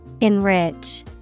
Enrich